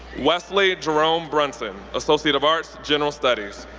wesley jerome brunson, associate of arts, general studies.